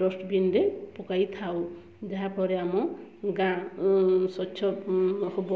ଡଷ୍ଟବିନ୍ରେ ପକାଇଥାଉ ଯାହାଫଳରେ ଆମ ଗାଁ ସ୍ୱଚ୍ଛ ହେବ